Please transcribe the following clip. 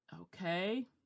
Okay